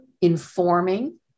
informing